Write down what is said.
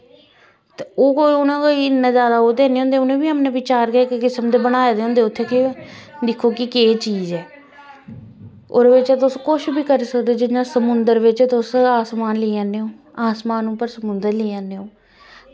ते ओह् कोई उ'नें कोई इ'न्ना जादा ओह् निं होंदा उ'नें बी विचार गै इक किस्म दे बनाए दे होंदे उत्थें गै दिक्खो कि केह् चीज ऐ ओह्दे बिच तुस कुछ बी करी सकदे तुस जि'यां समुन्द्र बिच तुस आसमान लेई आह्नेओ आसमान उप्पर समुन्दर आह्नेओ